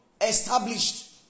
Established